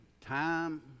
time